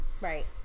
Right